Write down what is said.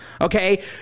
okay